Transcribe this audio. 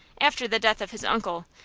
after the death of his uncle,